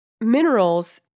minerals